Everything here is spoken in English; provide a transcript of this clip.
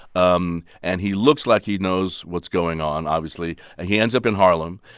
um and he looks like he knows what's going on obviously. he ends up in harlem.